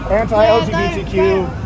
anti-LGBTQ